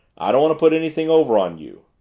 i don't want to put anything over on you.